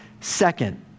Second